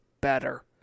better